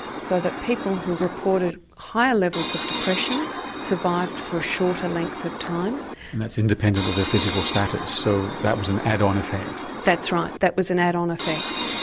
so that people who reported high levels of depression survived for a shorter length of time. and that's independent of their physical status, so that was an add-on effect? that's right, that was an add-on effect.